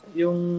yung